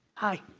hi.